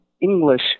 English